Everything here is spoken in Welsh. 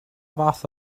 fath